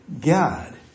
God